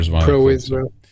pro-Israel